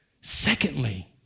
Secondly